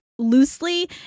loosely